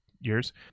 years